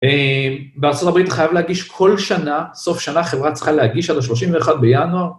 בארה״ב חייב להגיש כל שנה, סוף שנה, חברה צריכה להגיש עד ה-31 בינואר.